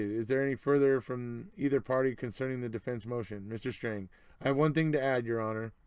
is there anything further from either party concerning the defense motion? mr. strang i have one thing to add your honor.